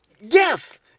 Yes